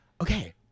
okay